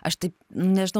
aš taip nežinau